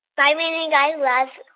bye, mindy and guy raz.